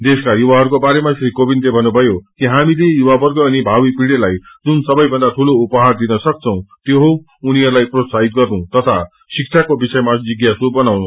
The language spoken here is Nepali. देशका युवसहरूको बारेमा श्री कोविन्दले भन्नुभयो कि हामीले युवावर्ग अनि भावी पिढ़ीलाई जुन सबैभन्दा दूलो उपहारा दिन सक्छौं त्यो हो उनीहरूलाई प्रोत्साहित गर्नु तथा शिक्षाको विषयामा जिज्ञासु बनाउनु